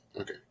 Okay